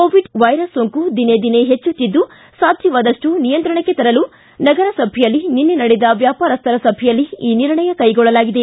corona virus ಸೋಂಕು ದಿನೇ ದಿನೇ ಹೆಚ್ಚುತ್ತಿದ್ದು ಸಾಧ್ಯವಾದಷ್ಟು ನಿಯಂತ್ರಣಕ್ಕೆ ತರಲು ನಗರಸಭೆಯಲ್ಲಿ ನಿನ್ನೆ ನಡೆದ ವ್ಯಾಪಾರಸ್ಟರ ಸಭೆಯಲ್ಲಿ ಈ ನಿರ್ಣಯ ಕೈಗೊಳ್ಳಲಾಗಿದೆ